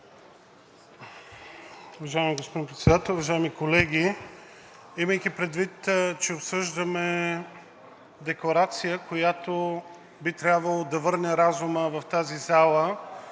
Уважаеми господин Председател, уважаеми колеги! Имайки предвид, че обсъждаме Декларация, която би трябвало да върне разума в тази зала